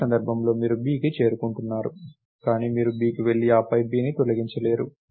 ఈ సందర్భంలో మీరు bకి చేరుకుంటున్నారు కానీ మీరు bకి వెళ్లి ఆపై bని తొలగించలేరు